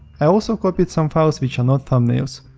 i also copied some files which are not thumbnails,